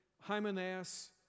Hymenaeus